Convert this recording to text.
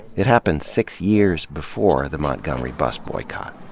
it happened six years before the montgomery bus boycott.